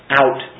out